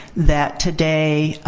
that, today,